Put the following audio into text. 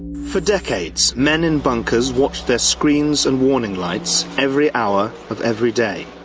for decades, men in bunkers watched their screens and warning lights every hour of every day,